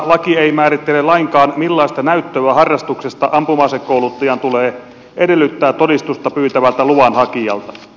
laki ei määrittele lainkaan millaista näyttöä harrastuksesta ampuma asekouluttajan tulee edellyttää todistusta pyytävältä luvanhakijalta